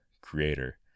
creator